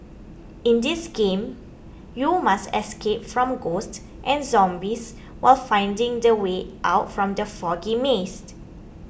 in this game you must escape from ghosts and zombies while finding the way out from the foggy maze